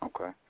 Okay